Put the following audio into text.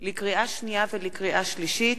לקריאה שנייה ולקריאה שלישית: